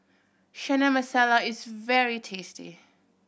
Chana Masala is very tasty